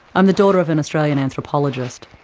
um the daughter of an australian anthropologist.